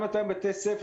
בתי-ספר.